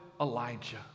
Elijah